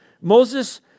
Moses